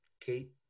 Kate